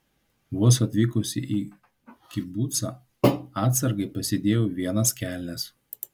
vos atvykusi į kibucą atsargai pasidėjau vienas kelnes